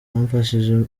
wamfashije